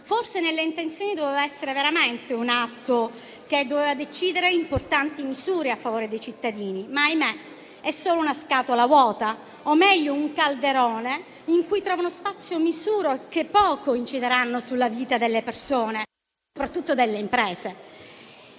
forse nelle intenzioni avrebbe dovuto essere veramente un atto finalizzato a decidere importanti misure a favore dei cittadini; ahimè, è solo una scatola vuota o, meglio, un calderone in cui trovano spazio misure che poco incideranno sulla vita delle persone e soprattutto delle imprese.